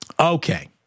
Okay